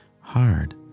hard